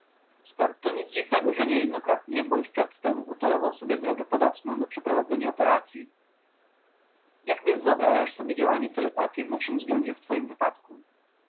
stąd to nic dziwnego że niejednokrotnie bo już przedtem utorował sobie drogę podatną do przeprowadzenia operacyi jak więc wyobrażasz sobie działanie telepatyi w naszym względzie w twoim wypadku